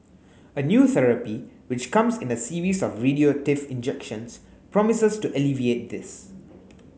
a new therapy which comes in a series of radioactive injections promises to alleviate this